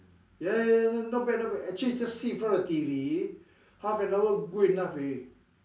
ya ya ya not bad not bad actually just sit in front of the T_V half an hour good enough already